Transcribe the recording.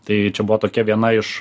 tai čia buvo tokia viena iš